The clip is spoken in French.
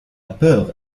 peur